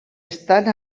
estan